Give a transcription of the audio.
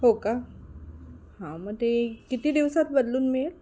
हो का हां मग ते किती दिवसात बदलून मिळेल